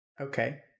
Okay